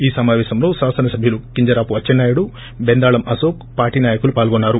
ఈ సమాపేశంలో శాసనసభ్యులు కింజరాపు అచ్చెన్నా యుడు బెందాళం అశోక్ పార్టీ నాయకులు పాల్గొన్సారు